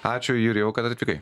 ačiū jurijau kad atvykai